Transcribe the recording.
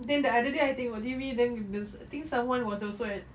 then the other day I tengok T_V then there's I think someone was also at